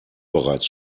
bereits